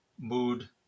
mood